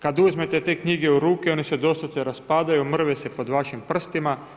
Kad uzmete te knjige u ruke one se doslovce raspadaju, mrve se pod vašim prstima.